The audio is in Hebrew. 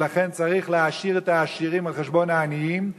ולכן צריך להעשיר את העשירים על חשבון העניים,